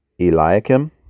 Eliakim